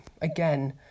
again